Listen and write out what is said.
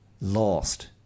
lost